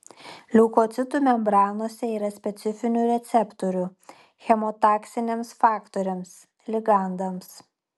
leukocitų membranose yra specifinių receptorių chemotaksiniams faktoriams ligandams